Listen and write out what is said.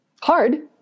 Hard